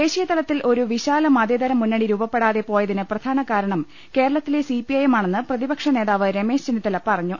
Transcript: ദേശീയ തലത്തിൽ ഒരു വിശാല മതേതര മുന്നണി രൂപപ്പെടാതെ പോയതിന് പ്രധാന കാരണം കേരളത്തിലെ സിപിഐഎം ആണെന്ന് പ്രതിപക്ഷ നേതാവ് രമേശ് ചെന്നിത്തല പറഞ്ഞു